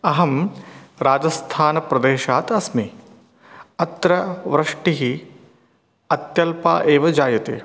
अहं राजस्थानप्रदेशात् अस्मि अत्र वृष्टिः अत्यल्पा एव जायते